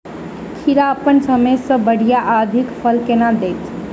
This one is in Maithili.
खीरा अप्पन समय सँ बढ़िया आ अधिक फल केना देत?